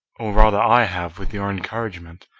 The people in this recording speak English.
or rather i have with your encouragement,